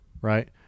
right